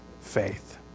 faith